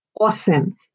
Awesome